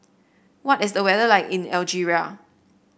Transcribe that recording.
what is the weather like in Algeria